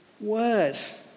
words